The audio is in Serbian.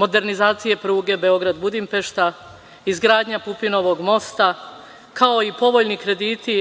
modernizacije pruge Beograd-Budimpešta, izgradnja Pupinovog mosta, kao i povoljni krediti